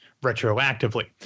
retroactively